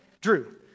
Drew